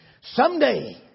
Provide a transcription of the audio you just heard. someday